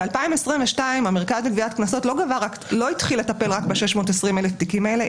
ב-2022 המרכז לגביית קנסות לא התחיל לטפל רק ב-620,000 תיקים האלה,